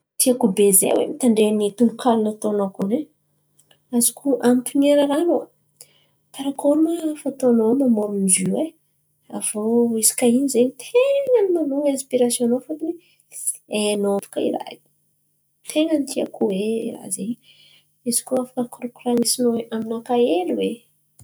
Tiako be zay hoe nitandren̈y tonokalo nataonô konay, azoko an̈otania raha anô, karakory ma fa atô nô mamorin̈y izo e? Avô hisaka ino zen̈y ten̈a manonga hesipirasô nô fôntony, ainô baka raha io, ten̈a tiako e raha zen̈y ikoa afaka korako rahaisin̈ô aminakà oe.